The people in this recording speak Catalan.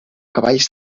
cavalls